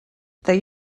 they